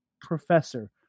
Professor